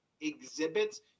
exhibits